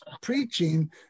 preaching